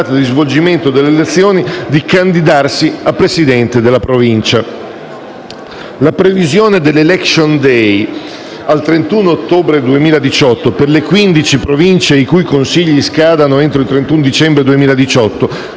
di candidarsi a Presidente della Provincia. La previsione dell'*election day* al 31 ottobre 2018 per le 15 province i cui consigli scadano entro il 31 dicembre 2018